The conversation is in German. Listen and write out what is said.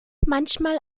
manchmal